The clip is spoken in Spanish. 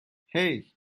hey